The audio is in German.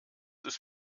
ist